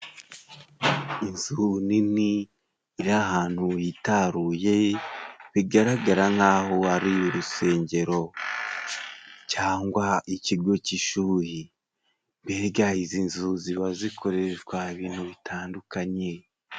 Inzu nini iri ahantu hitaruye bigaragara nk'aho ari urusengero, cyangwa ikigo cy'ishuri. Mbega izi nzu ziba zikoreshwa ibintu bitandukanye.